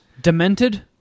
Demented